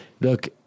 look